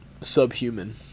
subhuman